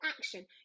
action